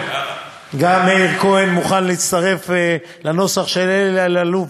גם מאיר כהן מוכן להצטרף לנוסח של אלי אלאלוף,